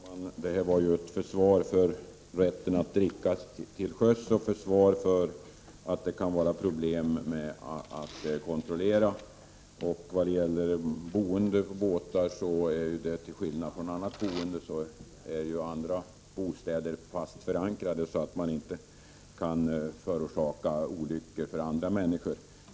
Herr talman! Det som sagts här var ett försvar för rätten att dricka till sjöss och för att det kan vara problem med att kontrollera efterlevnaden av lagen i detta sammanhang. Vad gäller boendet på båtar skiljer detta sig från annat boende. Bostäder är ju fast förankrade, så att man inte kan förorsaka olyckor som drabbar andra människor.